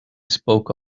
spoke